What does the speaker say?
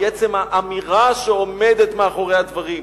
אלא היא עצם האמירה שעומדת מאחורי הדברים.